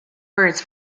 words